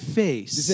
face